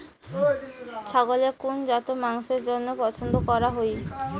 ছাগলের কুন জাত মাংসের জইন্য পছন্দ করাং হই?